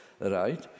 right